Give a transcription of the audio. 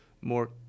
more